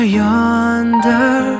yonder